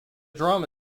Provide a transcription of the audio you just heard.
drama